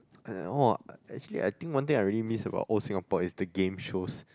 uh !wah! actually I think one thing I really miss about old Singapore is the game shows